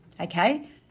okay